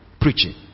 preaching